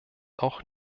auch